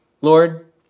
Lord